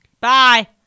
Bye